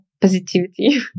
positivity